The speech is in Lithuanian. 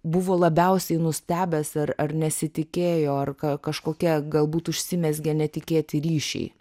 buvo labiausiai nustebęs ar ar nesitikėjo ar ka kažkokia galbūt užsimezgė netikėti ryšiai